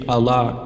Allah